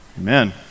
Amen